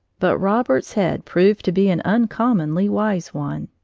but robert's head proved to be an uncommonly wise one.